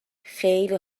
خیلی